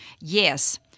yes